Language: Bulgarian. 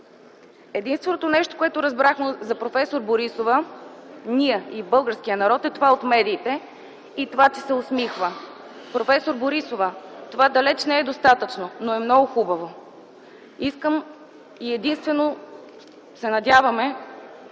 Единственото нещо, което разбрахме за проф. Борисова – ние и българският народ, е това от медиите и това, че се усмихва. Професор Борисова, това далеч не е достатъчно, но е много хубаво! Искаме и единствено се надяваме